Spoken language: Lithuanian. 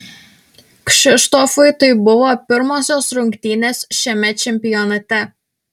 kšištofui tai buvo pirmosios rungtynės šiame čempionate